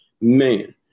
Man